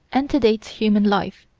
antedates human life,